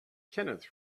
kenneth